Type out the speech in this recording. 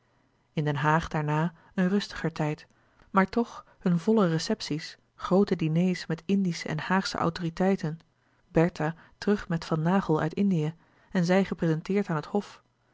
in den haag daarna een rustiger tijd maar toch hunne volle receptie's groote diners met indische en haagsche autoriteiten bertha terug met van naghel uit indië en zij geprezenteerd aan het hof